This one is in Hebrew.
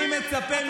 אתה לא רואה אותם.